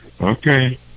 okay